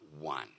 one